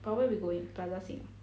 but where we going plaza sing